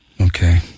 Okay